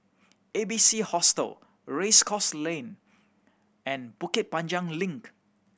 A B C Hostel Race Course Lane and Bukit Panjang Link